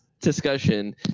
discussion